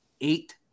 Eight